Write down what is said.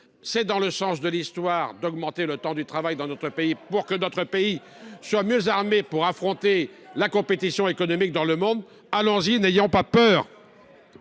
C’est le sens de l’Histoire que d’augmenter le temps du travail pour que notre pays soit mieux armé pour affronter la compétition économique dans le monde. Allons y, n’ayons pas peur